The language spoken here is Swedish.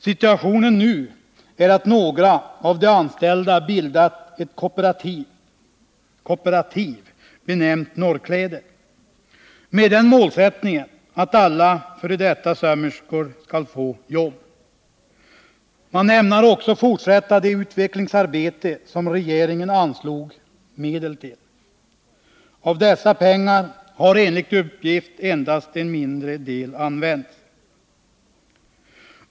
Situationen är nu den att några av de anställda bildat ett kooperativ, benämnt Norrkläder, med målsättningen att alla f. d. sömmerskor skall få jobb. Man ämnar också fortsätta det utvecklingsarbete som regeringen anslog medel till. Av dessa pengar har enligt uppgift endast en mindre del använts.